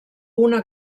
una